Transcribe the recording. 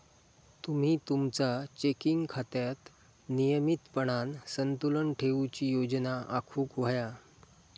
तुम्ही तुमचा चेकिंग खात्यात नियमितपणान संतुलन ठेवूची योजना आखुक व्हया